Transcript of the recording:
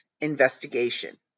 investigation